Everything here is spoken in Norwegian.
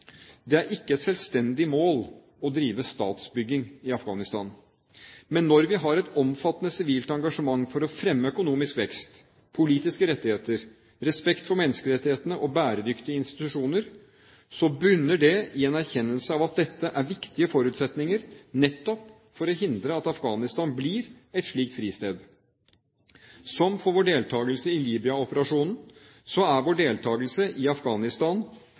Det er ikke et selvstendig mål å drive statsbygging i Afghanistan. Men når vi har et omfattende sivilt engasjement for å fremme økonomisk vekst, politiske rettigheter, respekt for menneskerettighetene og bæredyktige institusjoner, bunner det i en erkjennelse av at dette er viktige forutsetninger nettopp for å hindre at Afghanistan blir et slikt fristed. Som for vår deltakelse i Libya-operasjonen er vår deltakelse i Afghanistan